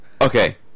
okay